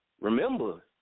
remember